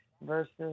versus